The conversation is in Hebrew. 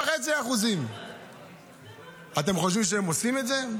5.5%. אתם חושבים שהם עושים את זה?